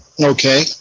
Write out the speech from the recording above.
Okay